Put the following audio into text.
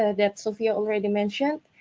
ah that sophia already mentioned,